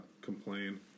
complain